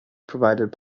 provided